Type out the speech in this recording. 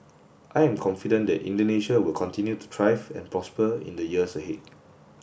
I am confident that Indonesia will continue to thrive and prosper in the years ahead